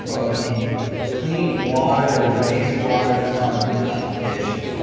of the clean water and waste water fund application,